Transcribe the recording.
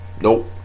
nope